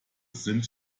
sind